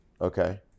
Okay